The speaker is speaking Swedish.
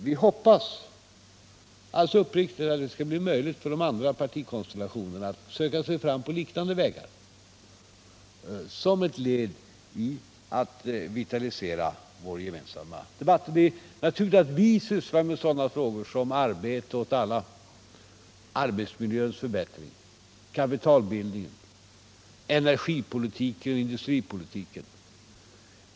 Vi hoppas uppriktigt att det skall bli möjligt för de andra partikonstellationerna att söka sig fram på liknande vägar som ett led i att vitalisera vår gemensamma debatt. Det är naturligt att vi inom arbetarrörelsen sysslar med sådana frågor som arbete åt alla, arbetsmiljöns förbättring, kapitalbildningen, energipolitiken och industripolitiken.